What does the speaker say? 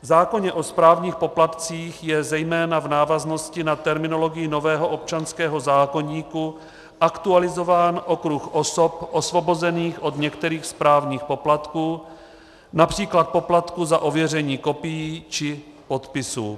V zákoně o správních poplatcích je zejména v návaznosti na terminologii nového občanského zákoníku aktualizován okruh osob osvobozených od některých správních poplatků, např. poplatku za ověření kopií či podpisu.